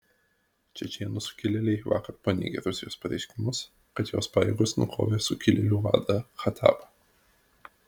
čečėnų sukilėliai vakar paneigė rusijos pareiškimus kad jos pajėgos nukovė sukilėlių vadą khattabą